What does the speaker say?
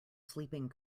sleeping